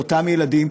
לאותם ילדים,